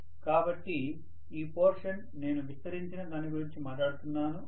కాబట్టి ఈ పోర్షన్ నేను విస్తరించిన దాని గురించి మాట్లాడుతున్నాను